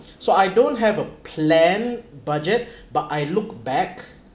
so I don't have a plan budget but I look back